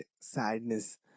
sadness